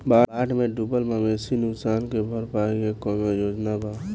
बाढ़ में डुबल मवेशी नुकसान के भरपाई के कौनो योजना वा?